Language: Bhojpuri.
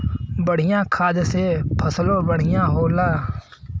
बढ़िया खाद से फसलों बढ़िया होला